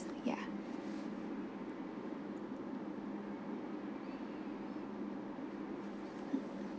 ya